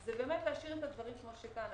היא להשאיר את הדברים כמו שכאן.